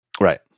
right